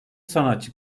sanatçı